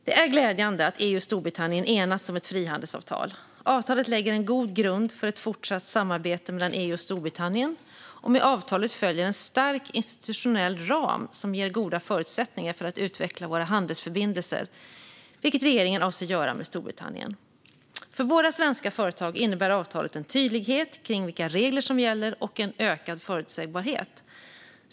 Det är glädjande att EU och Storbritannien har enats om ett frihandelsavtal. Avtalet lägger en god grund för ett fortsatt samarbete mellan EU och Storbritannien. Med avtalet följer en stark institutionell ram som ger goda förutsättningar för att utveckla våra handelsförbindelser, vilket regeringen avser att göra med Storbritannien. För våra svenska företag innebär avtalet en tydlighet kring vilka regler som gäller och en ökad förutsägbarhet.